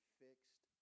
fixed